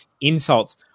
insults